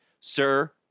Sir